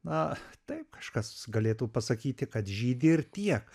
na taip kažkas galėtų pasakyti kad žydi ir tiek